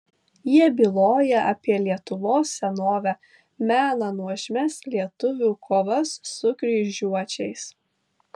jie byloja apie lietuvos senovę mena nuožmias lietuvių kovas su kryžiuočiais